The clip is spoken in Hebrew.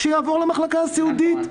שיעבור למחלקה הסיעודית.